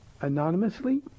Anonymously